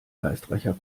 geistreicher